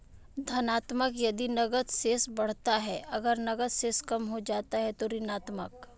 धनात्मक यदि नकद शेष बढ़ता है, अगर नकद शेष कम हो जाता है तो ऋणात्मक